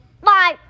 Bye